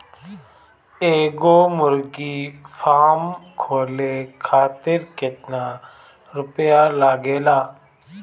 एगो मुर्गी फाम खोले खातिर केतना रुपया लागेला?